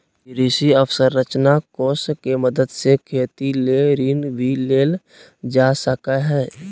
कृषि अवसरंचना कोष के मदद से खेती ले ऋण भी लेल जा सकय हय